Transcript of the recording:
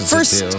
First